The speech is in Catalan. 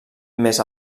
més